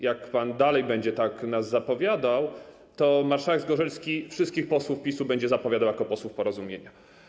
Jak pan dalej będzie nas tak zapowiadał, jak przed chwilą, to marszałek Zgorzelski wszystkich posłów PiS-u będzie zapowiadał jako posłów Porozumienia.